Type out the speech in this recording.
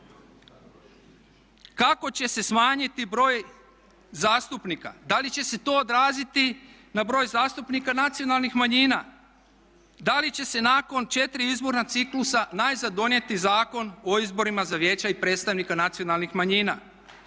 Kako će se smanjiti broj zastupnika, da li će se to odraziti na broj zastupnika nacionalnih manjina, da li će se nakon 4 izborna ciklusa najzad donijeti Zakon o izborima za vijeća i predstavnika nacionalnih manjina?